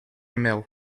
mill